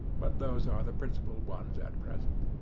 but those are the principal ones at present.